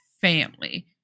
family